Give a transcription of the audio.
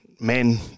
men